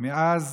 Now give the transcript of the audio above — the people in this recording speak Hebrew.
מאז